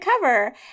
cover